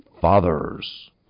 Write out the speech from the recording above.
fathers